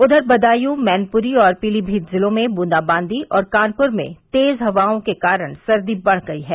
उधर बदायू मैनपुरी और पीलीभीत जिलों में बूंदाबादी और कानपुर में तेज हवाओं के कारण सर्दी बढ़ गई है